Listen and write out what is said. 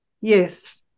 Yes